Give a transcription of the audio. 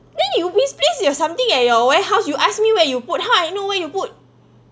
then you misplace your something at your warehouse you ask me where you put how I know where you put